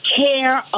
care